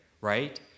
right